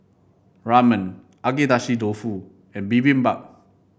Ramen Agedashi Dofu and Bibimbap